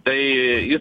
tai jis